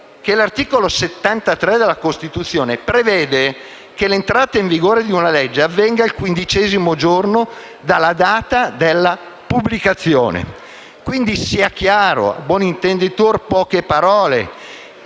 l'articolo 73 della Costituzione prevede che l'entrata in vigore di una legge avvenga il quindicesimo giorno dalla data di pubblicazione.